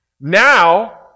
Now